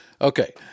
Okay